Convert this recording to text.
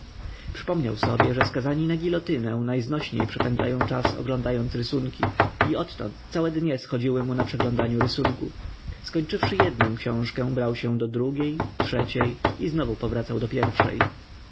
przypomniał sobie że skazani na gilotynę najznośniej przepędzają czas oglądając rysunki i odtąd całe dnie schodziły mu na przeglądaniu rysunków skończywszy jednę książkę brał się do drugiej trzeciej i znowu powracał do pierwszej